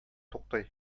туктый